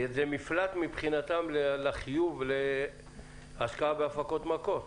זה מפלט מבחינתם לחיוב להשקעה בהפקות מקור?